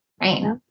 Right